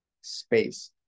space